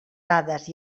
dades